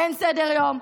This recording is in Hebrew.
אין סדר-יום,